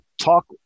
talk